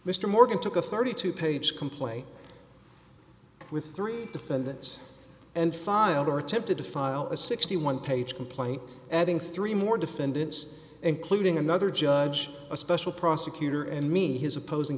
mr morgan took a thirty two dollars page complaint with three defendants and filed or attempted to file a sixty one dollars page complaint adding three more defendants including another judge a special prosecutor and me his opposing